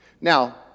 Now